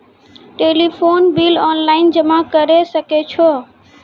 Telephone bill online जमा करै सकै छौ?